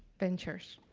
ventures,